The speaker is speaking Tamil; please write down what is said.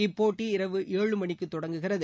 இப்போட்டி இரவு ஏழு மணிக்கு தொடங்குகிறது